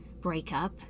breakup